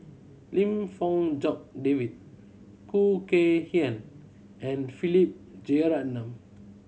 Lim Fong Jock David Khoo Kay Hian and Philip Jeyaretnam